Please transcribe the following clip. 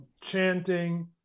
chanting